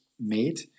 made